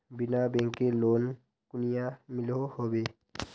बिना बैंकेर लोन कुनियाँ मिलोहो होबे?